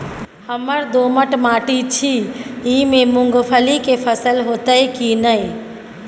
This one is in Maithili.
हमर दोमट माटी छी ई में मूंगफली के फसल होतय की नय?